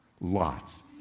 Lots